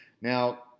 Now